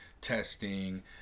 testing